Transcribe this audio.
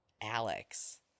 Alex